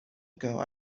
ago